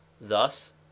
thus